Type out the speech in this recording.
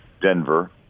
Denver